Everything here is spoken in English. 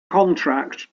contract